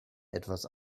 etwas